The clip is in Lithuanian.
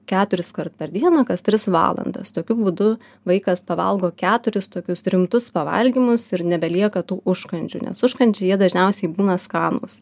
keturiskart per dieną kas tris valandas tokiu būdu vaikas pavalgo keturis tokius rimtus pavalgymus ir nebelieka tų užkandžių nes užkandžiai jie dažniausiai būna skanūs